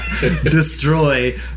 destroy